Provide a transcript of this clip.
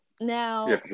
now